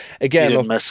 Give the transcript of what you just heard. again